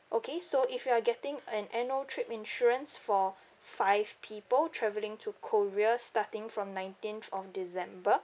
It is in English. okay so if you're getting an annual trip insurance for five people travelling to korea starting from nineteenth of december